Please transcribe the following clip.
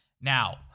Now